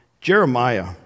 Jeremiah